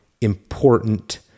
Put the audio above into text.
important